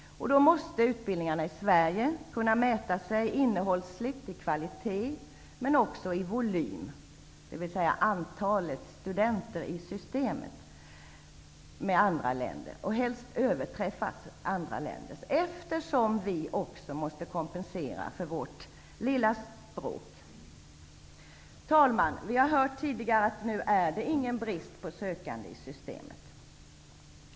Då måste utbildningarna i Sverige kunna mäta sig innehållsmässigt och kvalitetsmässigt men också i fråga om volym, dvs. antalet studenter i systemet, med andra länder och helst överträffa andra länder, eftersom vi också måste kompensera för vårt lilla språk. Herr talman! Vi har tidigare hört att det nu inte är någon brist på sökande i systemet.